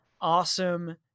awesome